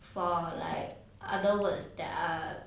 for like other words that are